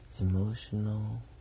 Emotional